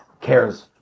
cares